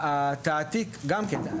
התעתיק גם כן.